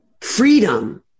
freedom